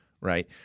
Right